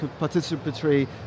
participatory